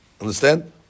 Understand